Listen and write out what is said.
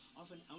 often